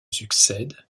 succèdent